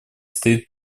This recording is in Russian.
стоит